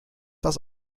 das